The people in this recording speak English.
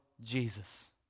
Jesus